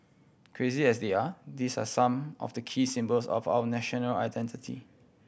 crazy as they are these are some of the key symbols of our national identity